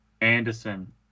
Anderson